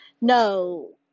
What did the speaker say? No